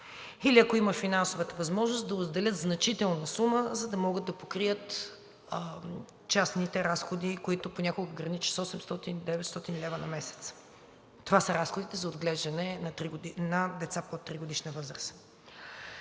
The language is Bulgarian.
или ако има финансовата възможност, да отделят значителна сума, за да могат да покрият частните разходи, които понякога граничат с 800 – 900 лв. на месец. Това са разходите за отглеждане на деца под тригодишна възраст.